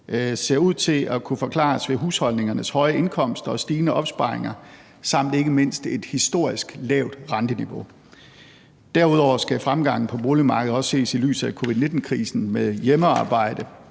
ser ud til at kunne forklares ved husholdningernes høje indkomster og stigende opsparinger samt ikke mindst et historisk lavt renteniveau. Derudover skal fremgangen på boligmarkedet også ses i lyset af covid-19-krisen med hjemmearbejde